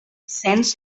cens